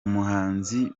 muhanzi